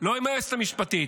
לא עם היועצת המשפטית.